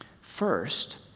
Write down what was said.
First